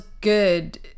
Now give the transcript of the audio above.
good